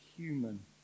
human